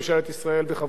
שבאופן מיידי,